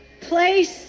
place